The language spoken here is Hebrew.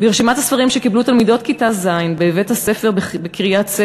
ברשימת הספרים שקיבלו תלמידות כיתה ז' בבית-הספר בקריית-ספר